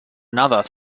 another